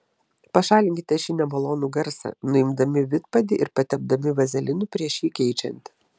pašalinkite šį nemalonų garsą nuimdami vidpadį ir patepdami vazelinu prieš jį keičiant